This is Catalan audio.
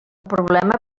problema